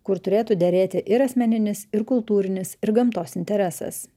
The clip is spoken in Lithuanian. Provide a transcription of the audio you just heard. kur turėtų derėti ir asmeninis ir kultūrinis ir gamtos interesas